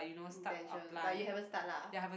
intention but you haven't start lah